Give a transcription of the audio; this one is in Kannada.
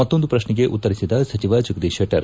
ಮತ್ತೊಂದು ಪ್ರಶ್ನೆಗೆ ಉತ್ತರಿಸಿದ ಸಚಿವ ಜಗದೀಶ್ ಶೆಟ್ಟರ್